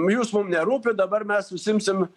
jūs mum nerūpit dabar mes užsiimsim